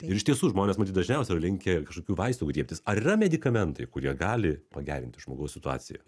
ir iš tiesų žmonės matyt dažniausiai yra linkę kažkokių vaistų griebtis ar yra medikamentai kurie gali pagerinti žmogaus situaciją